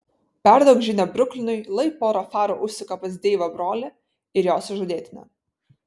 perduok žinią bruklinui lai pora farų užsuka pas deivo brolį ir jo sužadėtinę